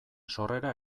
sorrera